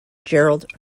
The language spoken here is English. gerald